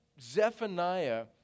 Zephaniah